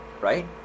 right